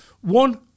One